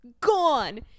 Gone